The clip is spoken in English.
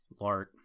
Lart